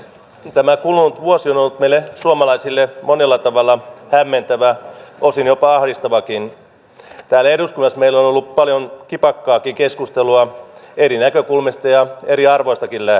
tämä kulunut vuosi on ollut meille suomalaisille monella tavalla hämmentävä osin jopa ahdistavakin että lennot myös meillä ollut paljon kipakkaakin keskustelua eri näkökulmista ja eriarvoista kyllä